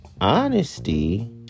honesty